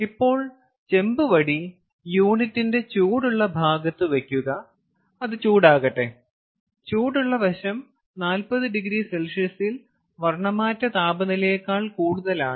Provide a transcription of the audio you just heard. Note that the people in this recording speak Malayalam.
ഇപ്പോൾ ചെമ്പ് വടി യൂണിറ്റിന്റെ ചൂടുള്ള ഭാഗത്ത് വയ്ക്കുക അത് ചൂടാകട്ടെ ചൂടുള്ള വശം 40oC വർണ്ണമാറ്റ താപനിലയേക്കാൾ കൂടുതലാണ്